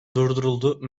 durduruldu